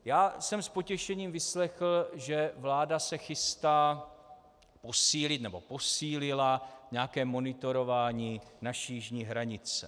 Já jsem s potěšením vyslechl, že vláda se chystá posílit nebo posílila nějaké monitorování naší jižní hranice.